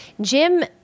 Jim